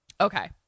Okay